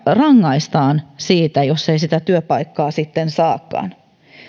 rangaistaan siitä jos ei sitä työpaikkaa sitten saakaan